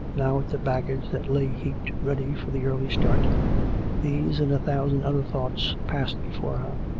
now at the baggage that lay heaped ready for the early starts these and a thousand other thoughts passed before her.